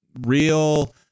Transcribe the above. real